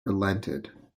relented